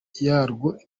yarwo